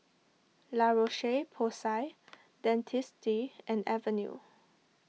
La Roche Porsay Dentiste and Avene